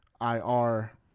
IR